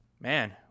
Man